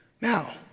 Now